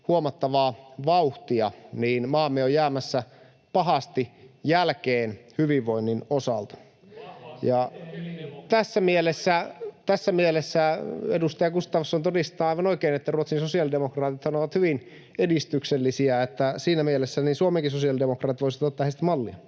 huomattavaa vauhtia, niin maamme on jäämässä pahasti jälkeen hyvinvoinnin osalta. [Jukka Gustafssonin välihuuto] — Tässä mielessä edustaja Gustafsson todistaa aivan oikein, että Ruotsin sosiaalidemokraatithan ovat hyvin edistyksellisiä, eli siinä mielessä Suomenkin sosiaalidemokraatit voisivat ottaa heistä mallia.